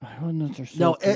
No